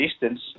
distance